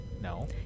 No